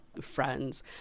friends